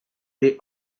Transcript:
they